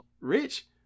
Rich